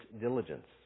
diligence